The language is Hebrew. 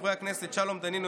חברי הכנסת שלום דנינו,